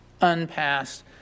unpassed